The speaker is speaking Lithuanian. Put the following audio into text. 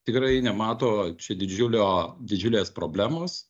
tikrai nemato čia didžiulio didžiulės problemos